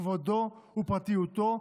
כבודו ופרטיותו,